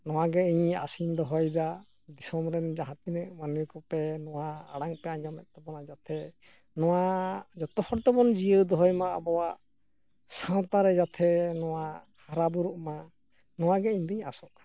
ᱱᱚᱣᱟᱜᱮ ᱤᱧ ᱟᱥᱼᱤᱧ ᱫᱚᱦᱚᱭᱮᱫᱟ ᱫᱤᱥᱚᱢᱨᱮᱱ ᱡᱟᱦᱟᱸ ᱛᱤᱱᱟᱹᱜ ᱢᱟᱹᱱᱢᱤᱠᱚᱯᱮ ᱱᱚᱣᱟ ᱟᱲᱟᱝᱯᱮ ᱟᱸᱡᱚᱢᱮᱫ ᱛᱟᱵᱚᱱᱟ ᱡᱟᱛᱮ ᱱᱚᱣᱟ ᱡᱚᱛᱚᱦᱚᱲ ᱛᱮᱵᱚᱱ ᱡᱤᱭᱟᱹᱣ ᱫᱚᱦᱚᱭᱢᱟ ᱟᱵᱚᱣᱟᱜ ᱥᱟᱶᱛᱟᱨᱮ ᱡᱟᱛᱮ ᱱᱚᱣᱟ ᱦᱟᱨᱟᱵᱩᱨᱩᱜ ᱢᱟ ᱱᱚᱣᱟᱜᱮ ᱤᱧᱫᱩᱧ ᱟᱥᱚᱜ ᱠᱟᱱᱟ